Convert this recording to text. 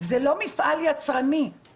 וגם בפעם שעברה בדיוק באותו מקום דנו בדיוק באותם